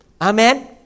Amen